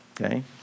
okay